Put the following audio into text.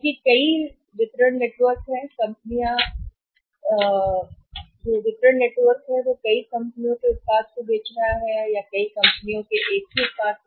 चूंकि वितरण नेटवर्क बेच रहा है कई कंपनियों के उत्पाद कई कंपनियों के एक ही उत्पाद